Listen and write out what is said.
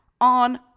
on